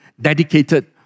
dedicated